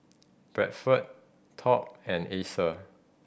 Bradford Top and Acer